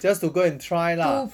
just to go and try lah